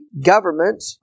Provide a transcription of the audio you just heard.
government